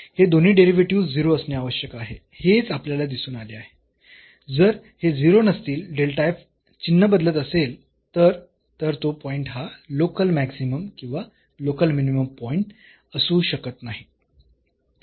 हे दोन्ही डेरिव्हेटिव्हस् 0 असणे आवश्यक आहे हेच आपल्याला दिसून आले आहे जर हे 0 नसतील चिन्ह बदलत असेल तर तर तो पॉईंट हा लोकल मॅक्सिमम किंवा लोकल मिनिममचा पॉईंट असू शकत नाही